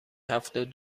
هفتاد